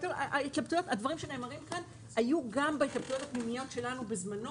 הדברים שנאמרים כאן היו גם בהתלבטויות הפנימיות שלנו בזמנו.